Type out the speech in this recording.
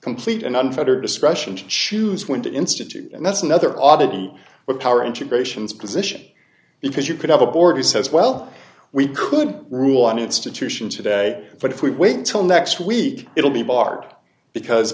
complete and unfettered discretion to choose when to institute and that's another oddity with power integrations position because you could have a board who says well we could rule on institution today but if we wait until next week it'll be barred because